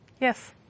yes